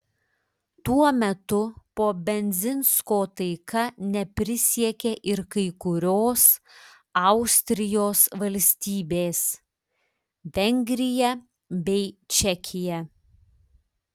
tuo metu po bendzinsko taika neprisiekė ir kai kurios austrijos valstybės vengrija bei čekija